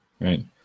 right